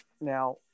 now